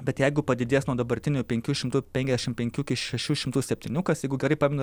bet jeigu padidės nuo dabartinių penkių šimtų penkiašim penkių iki šešių šimtų septynių kas jeigu gerai pamenu